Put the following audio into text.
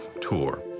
tour